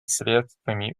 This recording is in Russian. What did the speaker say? средствами